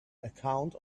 account